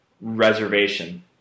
reservation